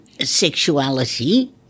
sexuality